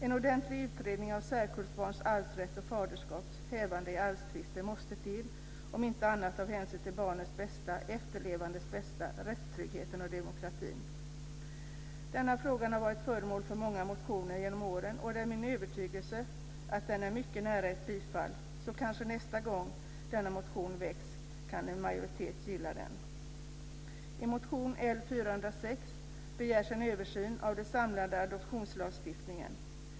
En ordentlig utredning av särkullbarns arvsrätt och faderskaps hävdande i arvstvister måste till, om inte annat av hänsyn till barnets bästa, efterlevandes bästa, rättstrygghet och demokrati. Denna fråga har varit föremål för många motioner genom åren, och det är min övertygelse att den är mycket nära ett bifall. Nästa gång denna motion väcks kanske en majoritet gillar den. I motion L406 begärs en översyn av den samlade adoptionslagstiftningen.